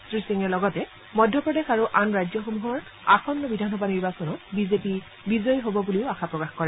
শ্ৰীসিঙে লগতে মধ্যপ্ৰদেশ আৰু আন ৰাজ্যসমূহৰ আসন্ন বিধানসভা নিৰ্বাচনত বিজেপি বিজয় হ'ব বুলিও আশা প্ৰকাশ কৰে